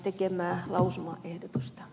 arvoisa puhemies